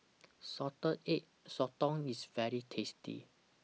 Salted Egg Sotong IS very tasty